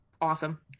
Awesome